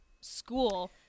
school